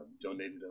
donated